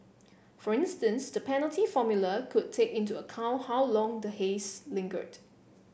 for instance the penalty formula could take into account how long the haze lingered